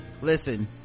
listen